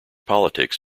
politics